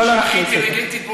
האישה הכי אינטליגנטית פה